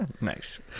Nice